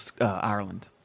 Ireland